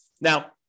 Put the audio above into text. Now